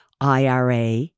IRA